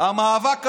המאבק הזה,